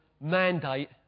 mandate